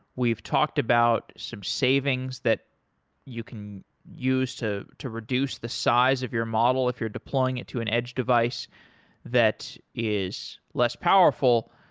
we've talked about some savings that you can use to to reduce the size of your model if you're deploying it to an edge device that is less powerful.